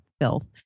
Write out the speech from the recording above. filth